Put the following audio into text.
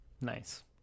Nice